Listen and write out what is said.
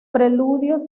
preludios